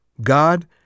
God